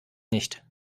nicht